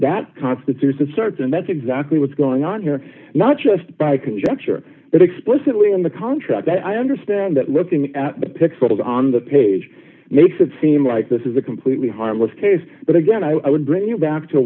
that constitution starts and that's exactly what's going on here not just by conjecture but explicitly in the contract that i understand that looking at the pixels on the page makes it seem like this is a completely harmless case but again i would bring you back to